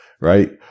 Right